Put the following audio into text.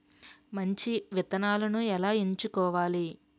మంచి విత్తనాలను ఎలా ఎంచుకోవాలి?